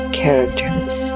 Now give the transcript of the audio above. characters